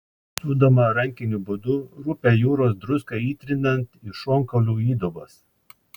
sūdoma rankiniu būdu rupią jūros druską įtrinant į šonkaulių įdubas